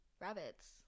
Rabbits